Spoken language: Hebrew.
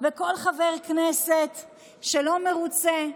וכל חבר כנסת שלא מרוצה,